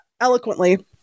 eloquently